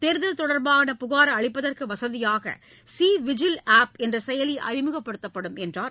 தேர்தல் தொடர்பான புகார் அளிப்பதற்கு வசதியாக விஜில் ஆப் என்ற செயலி அறிமுகப்படுத்தப்படும் என்றார்